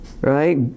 Right